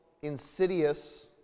insidious